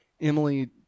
emily